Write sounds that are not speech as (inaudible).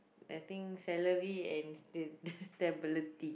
I think salary and sta~ (laughs) stability